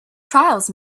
trials